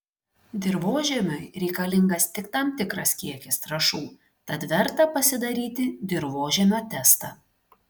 dirvožemiui reikalingas tik tam tikras kiekis trąšų tad verta pasidaryti dirvožemio testą